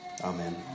Amen